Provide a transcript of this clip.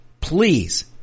Please